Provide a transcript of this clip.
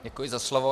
Děkuji za slovo.